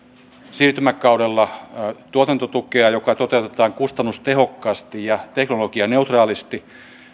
siirtymäkaudella tuotantotukea joka toteutetaan kustannustehokkaasti ja teknologianeutraalisti